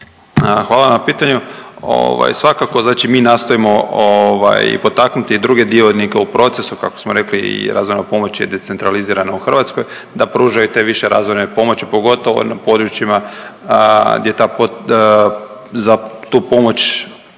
Hvala na pitanju. Ovaj svakako mi nastojimo ovaj potaknuti i druge dionike u procesu kako smo rekli i razvojna pomoć je decentralizirana u Hrvatskoj da pružaju te više razvojne pomoći pogotovo na područjima gdje ta, za tu pomoć